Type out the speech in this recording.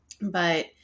but-